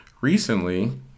Recently